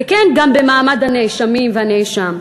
וכן גם במעמד הנאשמים והנאשם?